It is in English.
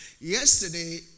Yesterday